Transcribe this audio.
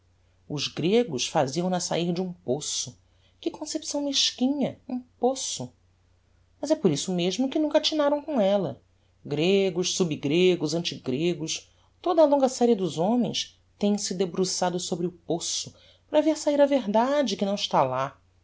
os gregos faziam na sair de um poço que concepção mesquinha um poço mas é por isso mesmo que nunca atinaram com ella gregos sub gregos anti gregos toda a longa serie dos homens tem-se debruçado sobre o poço para ver sair a verdade que não está la